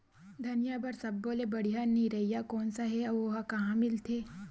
धनिया बर सब्बो ले बढ़िया निरैया कोन सा हे आऊ ओहा कहां मिलथे?